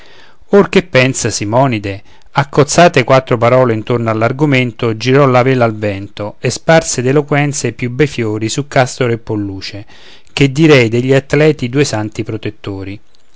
or che pensa simonide accozzate quattro parole intorno all'argomento girò la vela al vento e sparse d'eloquenza i più bei fiori su castore e polluce che direi degli atleti i due santi protettori